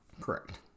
Correct